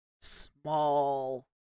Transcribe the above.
small